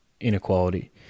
inequality